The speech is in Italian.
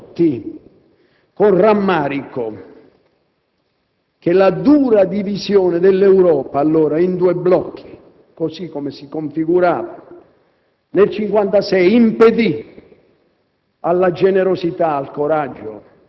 credo che non sia azzardato rilevare tutti, con rammarico, che la dura divisione dell'Europa in due blocchi, così come si configurava nel 1956, impedì